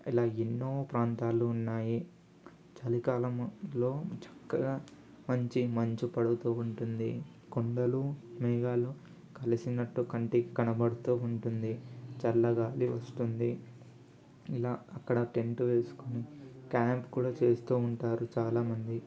ఇలా ఎన్నో ప్రాంతాలు ఉన్నాయి చలికాలము లో చక్కగా మంచి మంచు పడుతూ ఉంటుంది కొండలు మేఘాలు కలిసినట్టు కంటికి కనపడుతూ ఉంటుంది చల్లగాలి వస్తుంది ఇలా అక్కడ టెంట్ వేసుకుని క్యాంప్ కూడా చేస్తూ ఉంటారు చాలా మంది